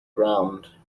ground